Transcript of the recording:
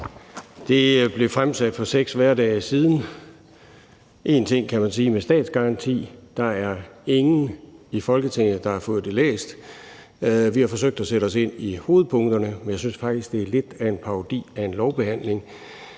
det blev fremsat for 6 hverdage siden. En ting kan man sige med statsgaranti: Der er ingen i Folketinget, der har fået det læst. Vi har forsøgt at sætte os ind i hovedpunkterne, men jeg synes faktisk, det er lidt af en parodi på en lovbehandling,